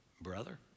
brother